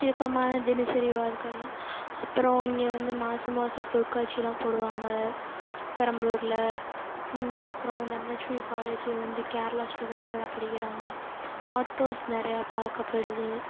விருப்பமான தினசரி வாழ்க்கைலாம் அப்புறம் இங்கே வந்து மாதம் மாசம் பொருட்காட்சியெலாம் போடுவாங்க பெரம்பலூர்ல இங்கே அப்புறம் தனலக்ஷ்மி காலேஜ்ல வந்து கேரளா ஸ்டூடெண்ஸ் எல்லாம் படிக்கிறாங்க ஆட்டோஸ் நிறையா பார்க்கப்படுது